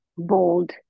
bold